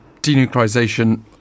denuclearization